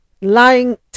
Lying